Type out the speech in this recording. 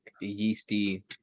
yeasty